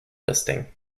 listing